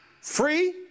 free